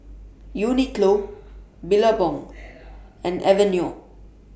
Uniqlo Billabong and Aveeno